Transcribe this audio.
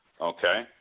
okay